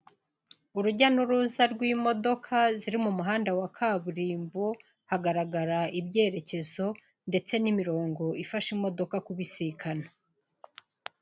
Urujya n'uruza rw'imodoka ziri mu muhanda wa kaburimbo, hagaragara ibyerekezo ndetse n'imirongo ifasha imodoka kubisikana.